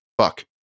fuck